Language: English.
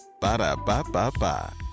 Ba-da-ba-ba-ba